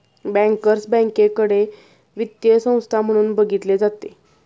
bankers बँकेकडे वित्तीय संस्था म्हणून बघितले जाते